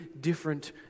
different